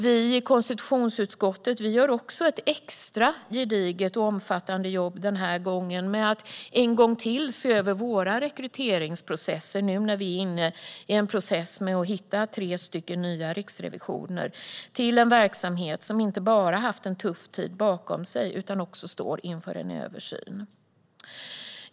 Vi i konstitutionsutskottet gör också ett extra gediget och omfattande jobb den här gången med att en gång till se över våra rekryteringsprocesser nu när vi är inne i en process med att hitta tre nya riksrevisorer till en verksamhet som inte bara har en tuff tid bakom sig utan nu också står inför en stor översyn.